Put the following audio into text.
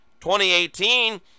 2018